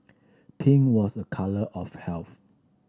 pink was a colour of health